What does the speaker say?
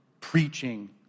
preaching